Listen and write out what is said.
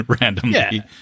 randomly